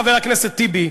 חבר הכנסת טיבי,